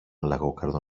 λαγόκαρδο